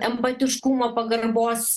empatiškumo pagarbos